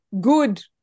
good